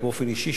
באופן אישי,